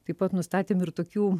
taip pat nustatėm ir tokių